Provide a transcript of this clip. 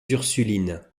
ursulines